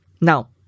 Now